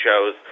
shows